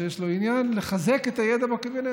שיש לו עניין לחזק את הידע בקבינט.